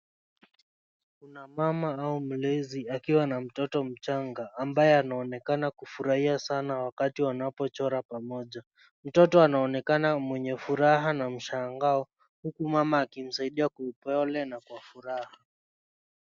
Kuna mama au mlezi akiwa na mtoto mchanga. Ambaye anaonekana kufurahia sana wakati wanapochora pamoja. Mtoto anaonekana mwenye furaha na mshangao, huku mama akimsaidia kwa upole na kwa furaha.